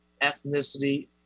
ethnicity